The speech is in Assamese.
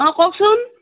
অ কওকচোন